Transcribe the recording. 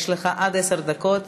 יש לך עד עשר דקות